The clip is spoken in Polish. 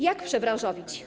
Jak przebranżowić?